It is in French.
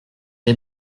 les